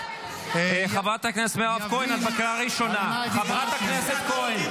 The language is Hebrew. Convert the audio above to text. לך תתעסק עכשיו בנושא של --- 1,600 הרוגים.